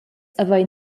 havein